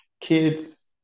kids